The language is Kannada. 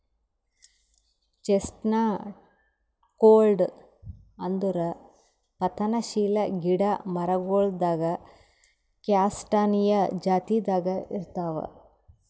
ಚೆಸ್ಟ್ನಟ್ಗೊಳ್ ಅಂದುರ್ ಪತನಶೀಲ ಗಿಡ ಮರಗೊಳ್ದಾಗ್ ಕ್ಯಾಸ್ಟಾನಿಯಾ ಜಾತಿದಾಗ್ ಇರ್ತಾವ್